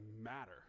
matter